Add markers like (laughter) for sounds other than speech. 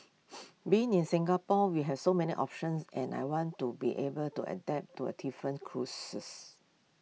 (noise) being in Singapore we have so many options and I want to be able to adapt to A different (unintelligible)